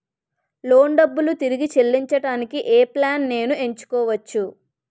Loan డబ్బులు తిరిగి చెల్లించటానికి ఏ ప్లాన్ నేను ఎంచుకోవచ్చు?